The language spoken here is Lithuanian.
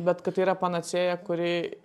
bet kad tai yra panacėja kuri